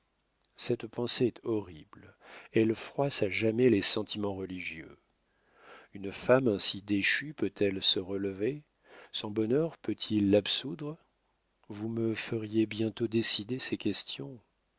cette pensée est horrible elle froisse à jamais les sentiments religieux une femme ainsi déchue peut-elle se relever son bonheur peut-il l'absoudre vous me feriez bientôt décider ces questions